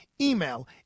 email